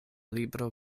libro